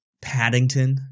Paddington